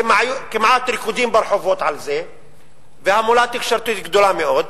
כמעט ריקודים ברחובות על זה והמולה תקשורתית גדולה מאוד.